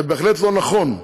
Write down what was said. זה בהחלט לא נכון,